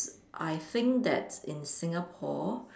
I think that in Singapore